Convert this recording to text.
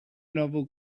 novel